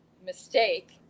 Mistake